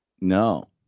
No